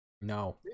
No